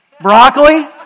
Broccoli